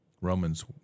Romans